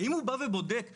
האם הוא בודק שמשלוח,